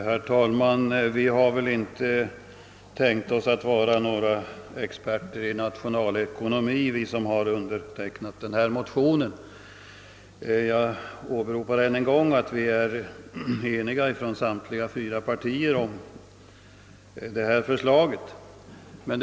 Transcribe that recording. Herr talman! Vi har väl inte tänkt oss att vi är några experter på nationalekonomi, vi som har undertecknat detta motionspar. Jag åberopar dock än en gång att vi motionärer är ense om vår bedömning.